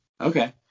okay